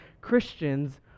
christians